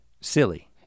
silly